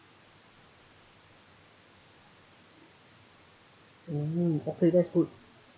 oh okay that's good